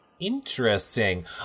Interesting